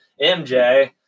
MJ